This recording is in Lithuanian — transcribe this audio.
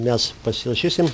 mes pasirašysim